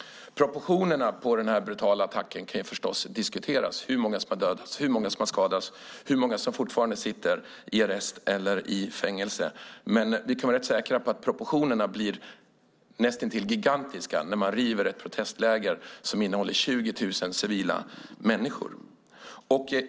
Proportionerna på den brutala attacken - hur många som har dödats eller skadats och hur många som fortfarande sitter i arrest eller fängelse - kan naturligtvis diskuteras, men vi kan vara säkra på att proportionerna blir gigantiska när man river ett protestläger med 20 000 civila.